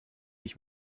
ich